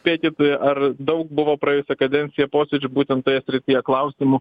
spėkit ar daug buvo praeitą kadenciją posėdžių būtent toje srityje klausimų